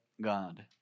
God